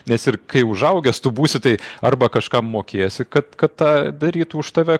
nes ir kai užaugęs tu būsi tai arba kažkam mokėsi kad kad tą darytų už tave